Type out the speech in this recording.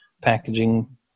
packaging